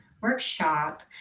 workshop